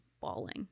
bawling